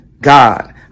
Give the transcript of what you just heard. god